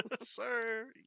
Sir